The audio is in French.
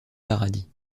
paradis